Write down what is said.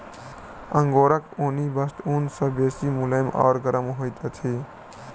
अंगोराक ऊनी वस्त्र ऊन सॅ बेसी मुलैम आ गरम होइत अछि